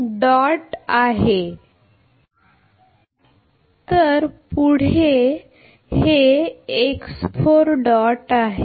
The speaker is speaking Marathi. तरपुढे हे आहे